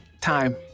Time